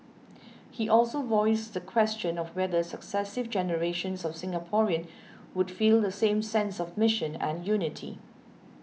he also voiced the question of whether successive generations of Singaporean would feel the same sense of mission and unity